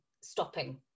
stopping